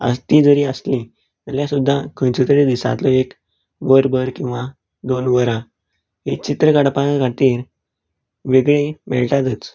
तीं जरीं आसलीं जाल्यार सुद्धा खंयचो तरी दिसांतलो एक वरभर किंवा दोन वरां हीं चित्र काडपा खातीर वेगळी मेळटातूच